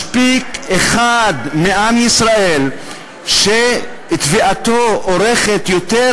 מספיק אחד מעם ישראל שתביעתו אורכת יותר